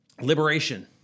liberation